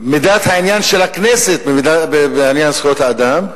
מידת העניין של הכנסת בעניין זכויות האדם,